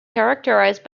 characterized